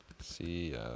See